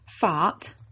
fart